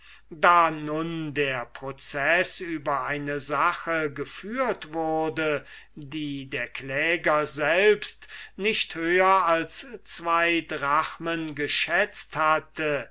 da der proceß über eine sache geführt wurde die der beschwert zu sein vermeinte teil selbst nicht höher als zwo drachmen geschätzt hatte